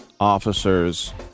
officers